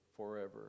forever